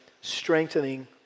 strengthening